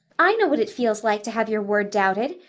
i know what it feels like to have your word doubted.